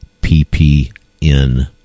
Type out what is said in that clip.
P-P-N